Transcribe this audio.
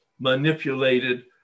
manipulated